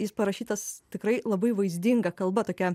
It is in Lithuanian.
jis parašytas tikrai labai vaizdinga kalba tokia